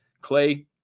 clay